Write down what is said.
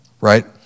right